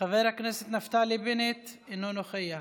חבר הכנסת נפתלי בנט, אינו נוכח,